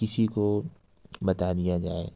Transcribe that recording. کسی کو بتا دیا جائے